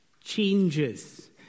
changes